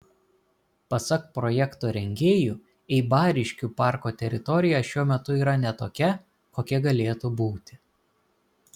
pasak projekto rengėjų eibariškių parko teritorija šiuo metu yra ne tokia kokia galėtų būti